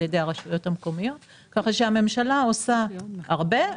ידי הרשויות המקומיות כך שהממשלה עושה הרבה.